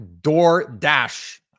DoorDash